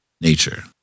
nature